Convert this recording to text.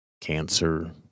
cancer